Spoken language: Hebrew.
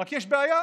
רק יש בעיה: